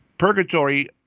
Purgatory